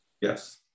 yes